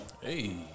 Hey